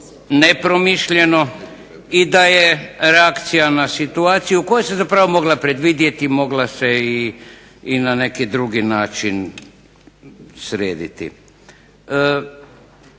nepromišljeno i da je reakcija na situaciju koja se zapravo mogla predvidjeti, mogla se i na neki drugi način srediti.